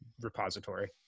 repository